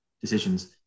decisions